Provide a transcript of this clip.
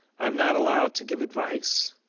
i'm not allowed to give advice.